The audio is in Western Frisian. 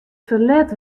ferlet